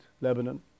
Lebanon